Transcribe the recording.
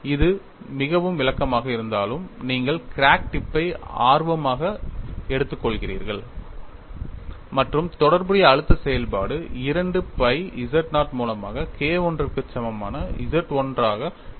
இது மிகவும் விளக்கமாக இருந்தாலும் நீங்கள் கிராக் டிப் பை ஆரம்பமாக எடுத்துக்கொள்கிறீர்கள் மற்றும் தொடர்புடைய அழுத்த செயல்பாடு 2 pi z0 மூலமாக K I க்கு சமமான Z 1 ஆக வழங்கப்படுகிறது